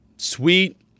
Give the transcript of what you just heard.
Sweet